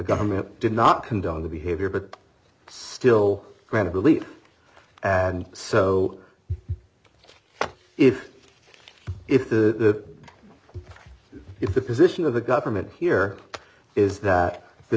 government did not condone the behavior but still granted relief and so if if the if the position of the government here is that the